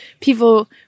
people